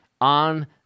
on